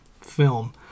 film